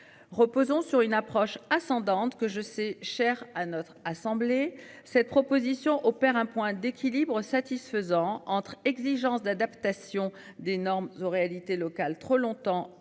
Reposant sur une approche ascendante que je sais, cher à notre assemblée cette proposition opère un point d'équilibre satisfaisant entre exigences d'adaptation des normes aux réalités locales trop longtemps attendu et